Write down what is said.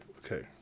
okay